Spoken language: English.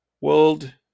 World